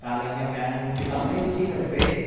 पैह्लां इयां गै बैह्स बूह्स होई अपने बिच गै लड़ी पे